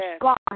God